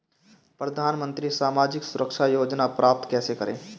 प्रधानमंत्री सामाजिक सुरक्षा योजना प्राप्त कैसे करें?